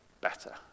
better